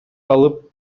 алып